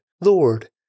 Lord